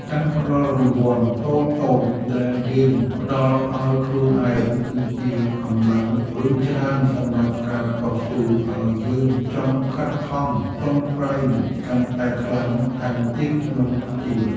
ការផ្ដល់រង្វាន់តូចៗដែលយើងផ្ដល់ឱ្យខ្លួនឯងគឺជាកម្លាំងរុញច្រានសម្រាប់ការតស៊ូឱ្យយើងចង់ខិតខំប្រឹងប្រែងកាន់តែខ្លាំងថែមទៀតក្នុងជីវិត។